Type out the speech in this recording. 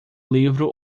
livro